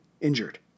injured